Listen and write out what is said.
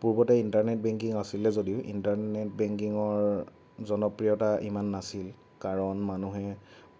পূৰ্বতে internet banking আছিলে যদিও ইণ্টাৰনেট বেংকিঙৰ জনপ্ৰিয়তা ইমান নাছিল কাৰণ মানুহে